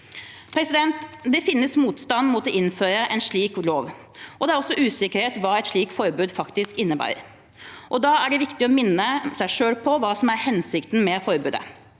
samfunn. Det finnes motstand mot å innføre en slik lov, og det er også usikkerhet om hva et slikt forbud faktisk innebærer. Da er det viktig å minne seg selv på hva som er hensikten med forbudet.